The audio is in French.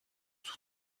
sous